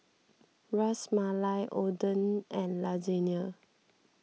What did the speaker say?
Ras Malai Oden and Lasagne